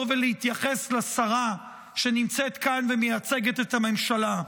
ולהתייחס לשרה שנמצאת כאן ומייצגת את הממשלה.